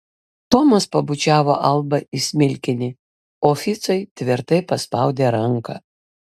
tomas pabučiavo albą į smilkinį o ficui tvirtai paspaudė ranką